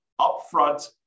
upfront